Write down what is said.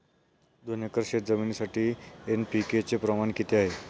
दोन एकर शेतजमिनीसाठी एन.पी.के चे प्रमाण किती आहे?